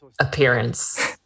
appearance